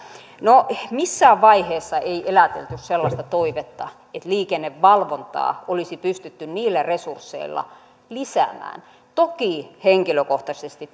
no missään vaiheessa ei elätelty sellaista toivetta että liikennevalvontaa olisi pystytty niillä resursseilla lisäämään toki henkilökohtaisesti